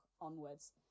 onwards